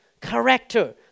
character